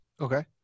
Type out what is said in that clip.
Okay